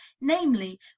namely